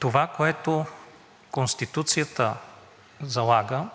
Това, което Конституцията залага,